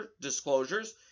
disclosures